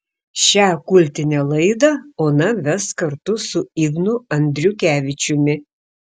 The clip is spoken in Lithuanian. šią kultinę laidą ona ves kartu su ignu andriukevičiumi